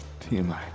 TMI